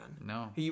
No